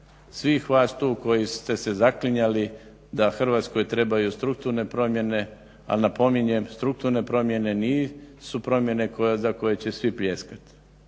svih vas tu koji ste se zaklinjali da Hrvatskoj trebaju strukturne promjene. A napominjem strukturne promjene nisu promjene za koje će svi pljeskati,